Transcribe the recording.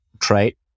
trait